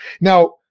Now